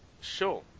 Sure